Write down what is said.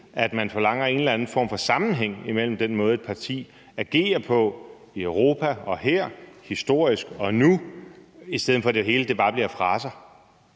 at man forlanger en eller anden form for sammenhæng imellem den måde, et parti agerer på i Europa og her, historisk og nu, i stedet for i det hele bare bliver fraser?